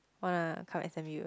wanna come interview